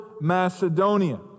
Macedonia